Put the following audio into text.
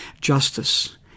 justice